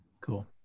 Cool